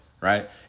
right